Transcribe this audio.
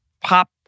pop